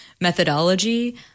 methodology